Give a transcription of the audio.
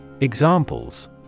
Examples